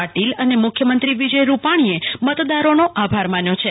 પાટિલ અને મુખ્યમંત્રી વિજય રૂપાણીએ મતદારો નો આભાર માન્યો છે